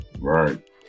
right